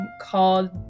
called